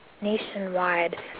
Nationwide